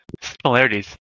Similarities